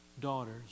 daughters